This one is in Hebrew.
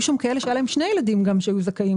שם הורים כאלה שהיו להם שני ילדים שהיו זכאים.